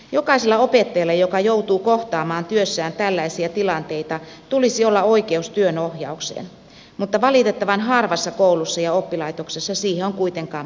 jokaisella opettajalla joka joutuu kohtaamaan työssään tällaisia tilanteita tulisi olla oikeus työnohjaukseen mutta valitettavan harvassa koulussa ja oppilaitoksessa siihen on kuitenkaan mahdollisuutta